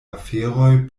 aferoj